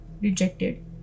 Rejected